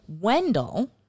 Wendell